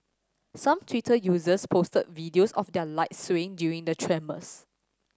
some Twitter users posted videos of their lights swaying during the tremors